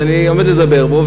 שאני עומד לדבר בו,